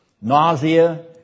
nausea